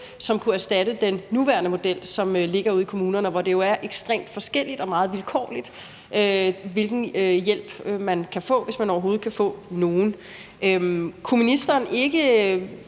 som kunne erstatte den nuværende model, som ligger ude i kommunerne, og hvor det jo er ekstremt forskelligt og meget vilkårligt, hvilken hjælp man kan få, hvis man overhovedet kan få nogen. Kunne ministeren ikke